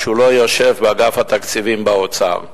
שהוא לא יושב באגף התקציבים באוצר.